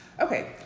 Okay